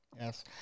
Yes